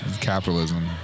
capitalism